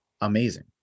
amazing